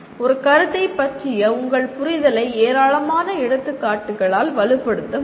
ஒரு கருத்தைப் பற்றிய உங்கள் புரிதலை ஏராளமான எடுத்துக்காட்டுகளால் வலுப்படுத்த முடியும்